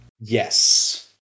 Yes